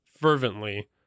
fervently